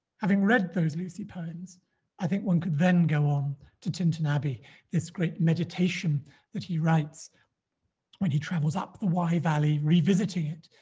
having read those lucy poems i think one could then go on to tintern abbey this great meditation that he writes when he travels up the wye valley revisiting it